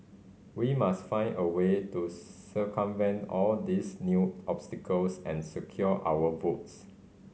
we must find a way to circumvent all these new obstacles and secure our votes